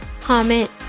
comment